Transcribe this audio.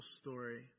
story